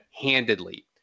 handedly